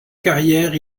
carrière